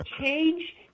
change